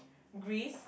Greece